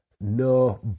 no